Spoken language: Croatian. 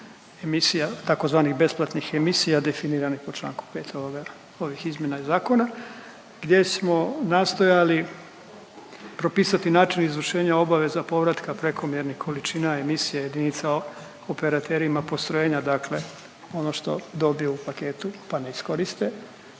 tzv. besplatnih emisija definiranih po čl. 5 ovih izmjena i zakona, gdje smo nastojali propisati način izvršenja obaveza povrata prekomjernih količina emisija jedinica operaterima postrojenja, dakle ono što dobiju u paketu pa ne iskoriste,